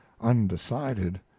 undecided